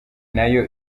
nayo